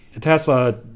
Tesla